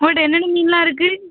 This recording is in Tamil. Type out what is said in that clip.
உங்கள்ட்ட என்னென்ன மீனெலாம் இருக்குது